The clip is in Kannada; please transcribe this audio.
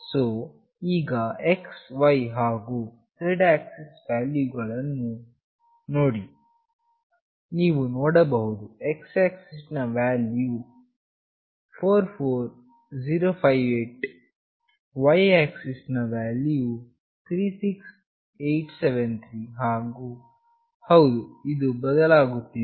ಸೋ ಈಗ xy ಹಾಗು z ಆಕ್ಸಿಸ್ ನ ವ್ಯಾಲ್ಯೂಗಳನ್ನು ನೋಡಿ ನೀವು ನೋಡಬಹುದು x ಆಕ್ಸಿಸ್ ನ ವ್ಯಾಲ್ಯೂ ವು 44058 y ಆಕ್ಸಿಸ್ ನ ವ್ಯಾಲ್ಯೂ ವು 36873 ಹಾಗು ಹೌದು ಇದು ಬದಲಾಗುತ್ತದೆ